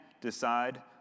decide